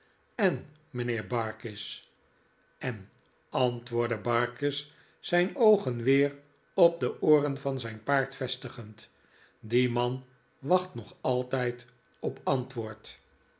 en mijnheer barkis en antwoordde barkis zijn oogen weer op de ooren van zijn paard vestigend die man wacht nog altijd op antwoord